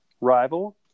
rival